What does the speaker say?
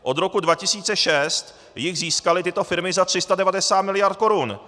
Od roku 2006 jich získaly tyto firmy za 390 miliard korun.